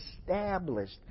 established